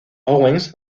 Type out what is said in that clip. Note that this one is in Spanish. owens